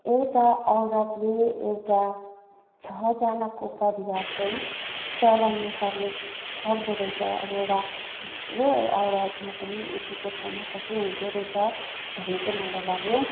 एउटा औरतले एउटा छजनाको परिवार चाहिँ चलाउन सक्ने सक्दो रहेछ अब एउटा यो औरतमा पनि यतिको क्षमता चाहिँ हुँदो रहेछ भन्ने चाहिँ मलाई लाग्यो